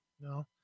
No